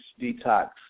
detox